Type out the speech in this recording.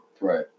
Right